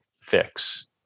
fix